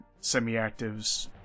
semi-actives